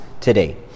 today